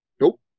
nope